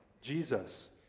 jesus